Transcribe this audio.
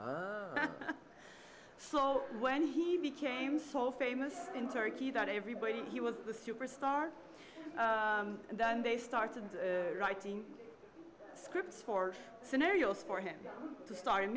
so when he became so famous in turkey that everybody he was the superstar and then they started writing scripts for scenarios for him to star in